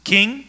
King